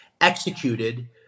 executed